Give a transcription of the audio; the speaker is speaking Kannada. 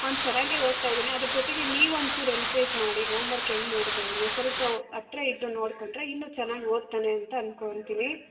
ಅವ್ನು ಚೆನ್ನಾಗೇ ಓದ್ತಾಯಿದ್ದಾನೆ ಅದರ ಜೊತೆಗೆ ನೀವು ಒಂಚೂರು ಎನ್ಕರೇಜ್ ಮಾಡಿ ಹೋಂ ವರ್ಕ್ ಹೆಂಗೆ ಮಾಡ್ತಾಯಿದ್ದಾನೆ ಸ್ವಲ್ಪ ಹತ್ತಿರ ಇದ್ದು ನೋಡ್ಕೊಂಡ್ರೆ ಇನ್ನೂ ಚೆನ್ನಾಗಿ ಓದ್ತಾನೆ ಅಂತ ಅನ್ಕೊತಿನಿ